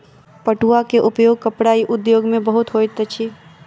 पटुआ के उपयोग कपड़ा उद्योग में बहुत होइत अछि